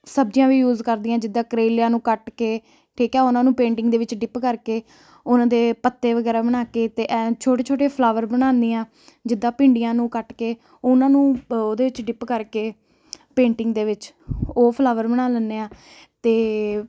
ਸਬਜ਼ੀਆਂ ਵੀ ਯੂਜ ਕਰਦੀ ਹਾਂ ਜਿੱਦਾਂ ਕਰੇਲਿਆਂ ਨੂੰ ਕੱਟ ਕੇ ਠੀਕ ਹੈ ਉਨ੍ਹਾਂ ਨੂੰ ਪੇਂਟਿੰਗ ਦੇ ਵਿੱਚ ਡਿੱਪ ਕਰਕੇ ਉਨ੍ਹਾਂ ਦੇ ਪੱਤੇ ਵਗੈਰਾ ਬਣਾ ਕੇ ਅਤੇ ਐਂ ਛੋਟੇ ਛੋਟੇ ਫਲਾਵਰ ਬਣਾਉਂਦੀ ਹਾਂ ਜਿੱਦਾਂ ਭਿੰਡੀਆਂ ਨੂੰ ਕੱਟ ਕੇ ਉਨ੍ਹਾਂ ਨੂੰ ਉਹਦੇ 'ਚ ਡਿੱਪ ਕਰਕੇ ਪੇਂਟਿੰਗ ਦੇ ਵਿੱਚ ਉਹ ਫਲਾਵਰ ਬਣਾ ਲੈਂਦੇ ਹਾਂ ਅਤੇ